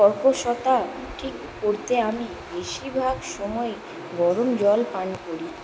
কর্কশতা ঠিক করতে আমি বেশিরভাগ সময় গরম জল পান করি